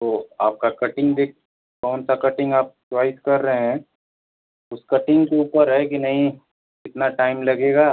तो आपका कटिंग दे कौन सा कटिंग आप च्वाइस कर रहे हैं उस कटिंग के ऊपर है कि नहीं कितना टाइम लगेगा